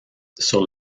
sur